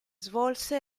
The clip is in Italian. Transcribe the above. svolse